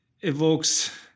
evokes